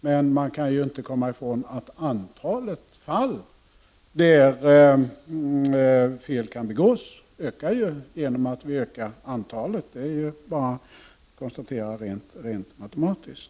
Men man kan ju inte komma ifrån att antalet fall där fel kan begås ökar i och med att antalet vårdare som röstar ökar. Det är ju bara att konstatera rent matematiskt.